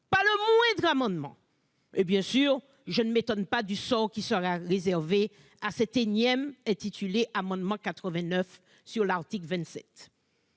Pas le moindre amendement ! Et, bien sûr, je ne m'étonne pas du sort qui sera réservé à ce énième amendement portant sur l'article 27.